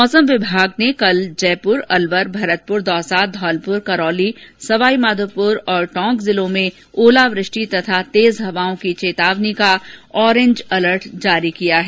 मौसम विभाग ने कल जयपुर अलवर भरतपुर दौसा धौलपुर करौली सवाईमाघोपुर और टोंक जिलों में ओलावृष्टि तथा तेज हवाओं की चेतावनी का ऑरेंज अलर्ट जारी किया है